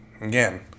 again